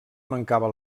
mancava